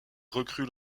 recrue